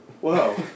Whoa